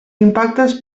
impactes